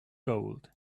gold